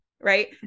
Right